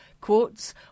quotes